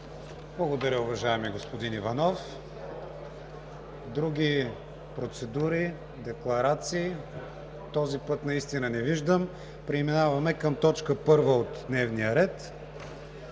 Благодаря, уважаеми господин Иванов. Други процедури, декларации? Този път наистина не виждам. Преминаваме към точка първа от дневния ред: